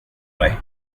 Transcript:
dig